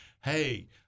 hey